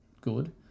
good